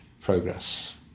progress